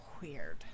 weird